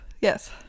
yes